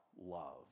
love